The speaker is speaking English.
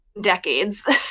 Decades